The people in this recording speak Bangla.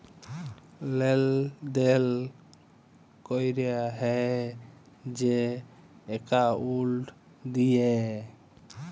লেলদেল ক্যরা হ্যয় যে একাউল্ট দিঁয়ে